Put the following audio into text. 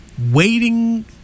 waiting